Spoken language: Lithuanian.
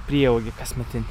prieaugį kasmetinį